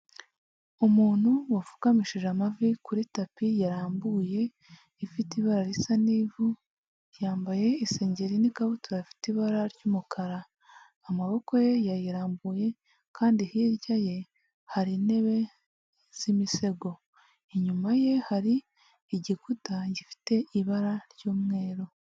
Umuntu wapfukamishije amavi kuri tapi yarambuye ifite ibara risa n'ivu, yambaye isengeri n'ikabutura ifite ibara ry'umukara, amaboko ye yayirambuye kandi hirya ye hari intebe z'imisego, inyuma ye hari igikuta gifite ibara ry'umweru.